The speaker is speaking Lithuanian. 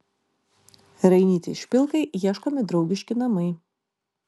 rainytei špilkai ieškomi draugiški namai